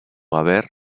haber